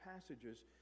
passages